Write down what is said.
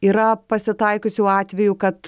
yra pasitaikiusių atvejų kad